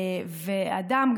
ואדם,